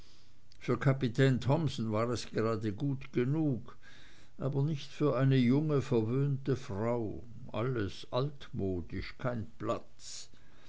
für kapitän thomsen war es gerade gut genug aber nicht für eine junge verwöhnte frau alles altmodisch kein platz